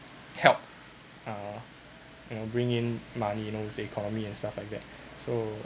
help uh you know bring in money you know with the economy and stuff like that so